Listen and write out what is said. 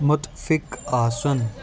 مُتفِق آسُن